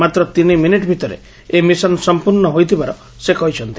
ମାତ୍ର ତିନିମିନିଟ୍ ଭିତରେ ଏହି ମିଶନ୍ ସଂପୂର୍ଷ୍ଡ ହୋଇଥିବାର ସେ କହିଛନ୍ତି